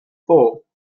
four